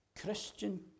Christian